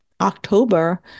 October